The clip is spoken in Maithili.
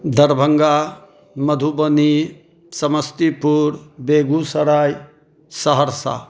दरभङ्गा मधुबनी समस्तीपुर बेगूसराय सहरसा